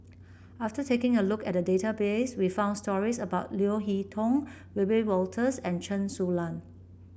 after taking a look at database we found stories about Leo Hee Tong Wiebe Wolters and Chen Su Lan